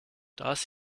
das